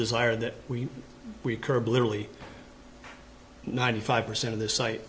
desire that we we curb literally ninety five percent of the site